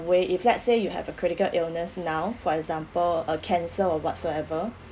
way if let's say you have a critical illness now for example uh cancer or whatsoever